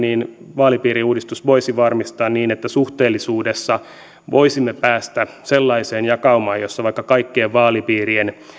vaalipiiriuudistus voisi varmistaa että suhteellisuudessa voisimme päästä sellaiseen jakaumaan jossa vaikka kaikkien vaalipiirien